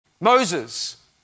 Moses